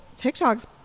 TikToks